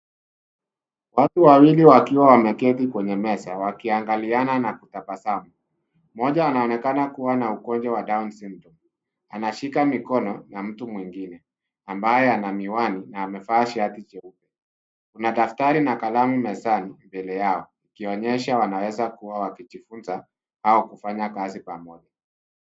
Watuneawili wakiwa wameketi kwenye meza wakiangaliana na kutabasamu. Mmoja anaonekana kuwa na ugonjwa wa down sydrome anashika mikono na mtu mwingine ambaye ana miwani na amevaa shati jeupe. Kuna daftari na kalamu mezani mbele yao ikionyesha wanaweza kuwa wakijifunza au kufanya kazi pamoja.